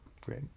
Great